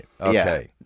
Okay